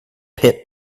pit